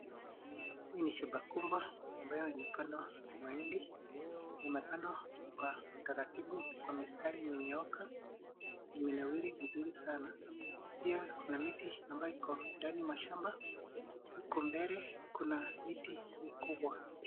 Hii ni shamba kubwa, ambayo imepandwa mahindi. Imepandwa kwa taratibu, kwa mistari imenyooka. Imenawiri vizuri sana. Pia, kuna miti ambayo iko ndani mwa shamba. Huko mbele, kuna miti mikubwa.